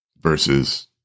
versus